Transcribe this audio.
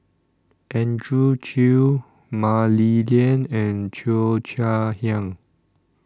Andrew Chew Mah Li Lian and Cheo Chai Hiang